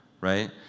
right